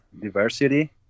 diversity